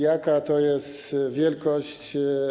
Jaka to jest wielkość?